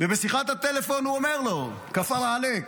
ובשיחת הטלפון הוא אומר לו: כפרה עליך.